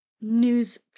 news